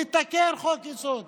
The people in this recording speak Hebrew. לתקן חוק-יסוד